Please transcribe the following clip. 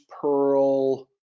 Pearl